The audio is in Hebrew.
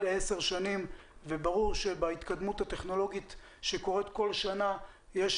ל-10 שנים וברור שבהתקדמות הטכנולוגית שקורית כל שנה יש